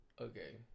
Okay